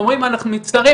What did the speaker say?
אומרים אנחנו מצטערים,